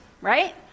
right